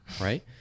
right